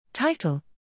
Title